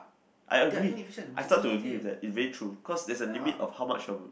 I agree I start to agree with that is really true cause there's a limit of how much your